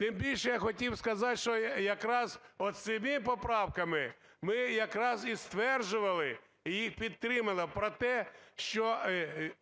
Тим більше, я хотів сказати, що якраз оцими поправками ми якраз і стверджували, і підтримано про те, що